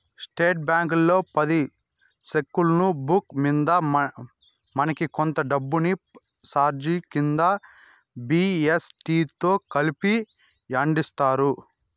state బ్యాంకీలో పది సెక్కులున్న బుక్కు మింద మనకి కొంత దుడ్డుని సార్జిలు కింద జీ.ఎస్.టి తో కలిపి యాస్తుండారు